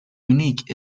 unique